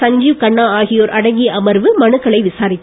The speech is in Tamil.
சஞ்சீவ் கன்னா ஆகியோர் அடங்கிய அமர்வு மனுக்களை விசாரித்து